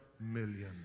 million